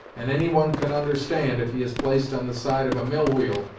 and any one can understand, if he is placed on the side of a mill-wheel,